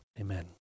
Amen